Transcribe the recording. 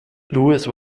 lewis